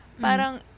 Parang